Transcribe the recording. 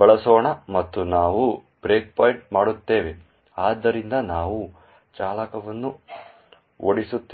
ಬಳಸೋಣ ಮತ್ತು ನಾವು ಬ್ರೇಕ್ಪಾಯಿಂಟ್ ಮಾಡುತ್ತೇವೆ ಆದ್ದರಿಂದ ನಾವು ಚಾಲಕವನ್ನು ಓಡಿಸುತ್ತೇವೆ